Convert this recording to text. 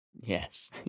Yes